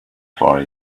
for